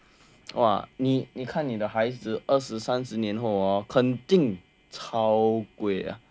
哇你你看你的孩子二十三十年后肯定超贵的 well